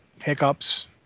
hiccups